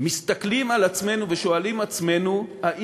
מסתכלים על עצמנו ושואלים את עצמנו אם